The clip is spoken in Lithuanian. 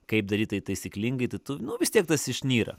kaip daryt tai taisyklingai tai tu nu vis tiek tas išnyra